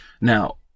Now